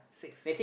six